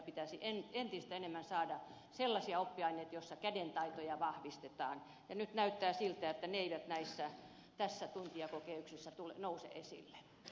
pitäisi entistä enemmän pitäisi saada sellaisia oppiaineita joissa kädentaitoja vahvistetaan ja nyt näyttää siltä että ne eivät tässä tuntijakokehyksessä nouse esille